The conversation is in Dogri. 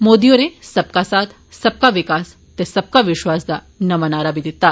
मोदी होरें ''सबका साथ सबका विकास ते सबका विश्वास'' दा इक नमा नारा बी दित्ता